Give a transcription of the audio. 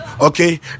Okay